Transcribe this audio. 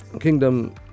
kingdom